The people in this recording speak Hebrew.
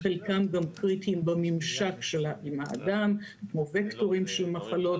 חלקם גם קריטיים בממשק עם האדם כמו וקטורים של מחלות,